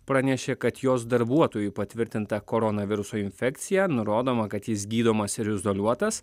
pranešė kad jos darbuotojui patvirtinta koronaviruso infekcija nurodoma kad jis gydomas ir izoliuotas